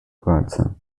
grandson